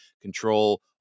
control